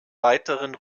weiteren